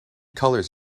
colors